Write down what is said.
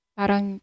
parang